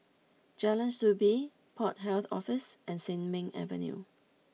Jalan Soo Bee Port Health Office and Sin Ming Avenue